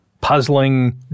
Puzzling